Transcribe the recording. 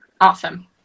Awesome